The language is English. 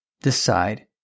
decide